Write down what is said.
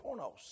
pornos